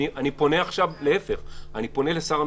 אני פונה לשר המשפטים,